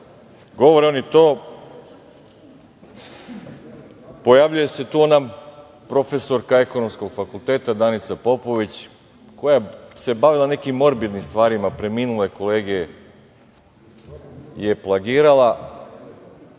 Govore oni to. Pojavljuje se tu ona profesorka Ekonomskog fakulteta Danica Popović, koja se bavila nekim morbidnim stvarima, preminule kolege je plagirala,